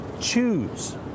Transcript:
Choose